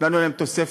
תכננו היום תוספת,